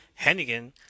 Hennigan